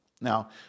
Now